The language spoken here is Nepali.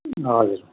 हजुर